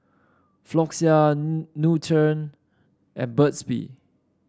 Floxia Nutren and Burt's Bee